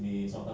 ya